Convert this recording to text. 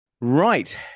Right